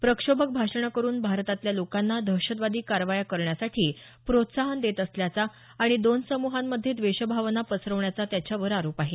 प्रक्षोभक भाषणं करून भारतातल्या लोकांना दहशतवादी कारवाया करण्यासाठी प्रोत्साहन देत असल्याचा आणि दोन समूहांमध्ये द्वेषभावना पसरवण्याचा त्याच्यावर आरोप आहे